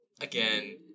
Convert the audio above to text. Again